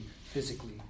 physically